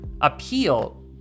appeal